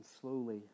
slowly